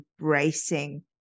embracing